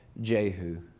Jehu